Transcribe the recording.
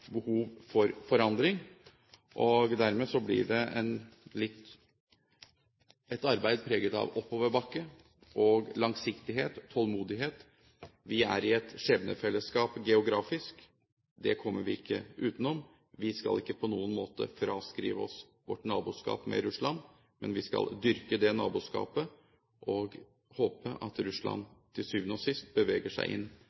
behov for forandring. Dermed blir det litt et arbeid preget av oppoverbakke og langsiktighet, tålmodighet. Vi er i et skjebnefellesskap geografisk. Det kommer vi ikke utenom. Vi skal ikke på noen måte fraskrive oss vårt naboskap med Russland, men vi skal dyrke det naboskapet og håpe at Russland til syvende og sist beveger seg inn